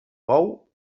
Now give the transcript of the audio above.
bou